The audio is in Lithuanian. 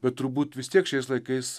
bet turbūt vis tiek šiais laikais